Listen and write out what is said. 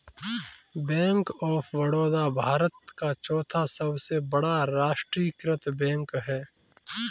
bank of Baroda Bharat का चौथा सबसे बड़ा राष्ट्रीयकृत बैंक है